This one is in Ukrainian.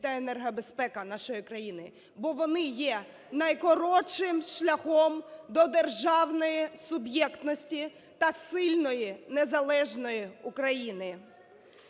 та енергобезпека нашої країни, бо вони є найкоротшим шляхом до державної суб'єктності та сильної, незалежної України.